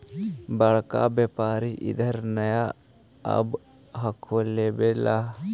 बड़का व्यापारि इधर नय आब हको लेबे ला?